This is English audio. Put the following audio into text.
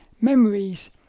memories